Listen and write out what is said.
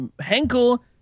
Henkel